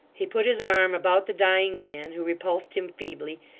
he put his arm about the dying man, who repulsed him, feebly,